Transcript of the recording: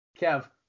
Kev